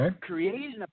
creating